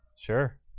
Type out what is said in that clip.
sure